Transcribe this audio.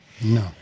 No